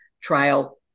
trial